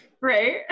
Right